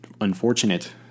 unfortunate